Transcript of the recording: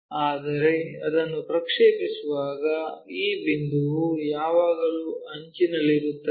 ಆದರೆ ಅದನ್ನು ಪ್ರಕ್ಷೇಪಿಸುವಾಗ ಈ ಬಿಂದುವು ಯಾವಾಗಲೂ ಅಂಚಿನಲ್ಲಿರುತ್ತದೆ